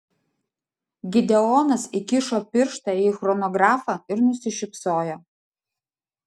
gideonas įkišo pirštą į chronografą ir nusišypsojo